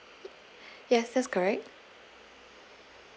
yes that's correct